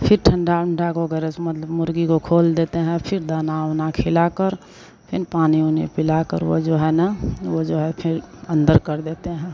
फ़िर ठंडा ओंढा के वगैरा से मतलब मुर्गी को खोल देते हैं फ़िर दाना ओना खिलाकर फ़िर पानी ओनी पिलाकर वो जो है न वह जो है फ़िर अन्दर कर देते हैं